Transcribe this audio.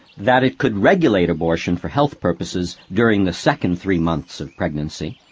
that it could regulate abortion for health purposes during the second three months of pregnancy,